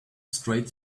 straight